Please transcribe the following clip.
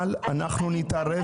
אבל אנחנו נתערב בזה.